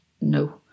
no